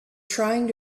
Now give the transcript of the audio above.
trying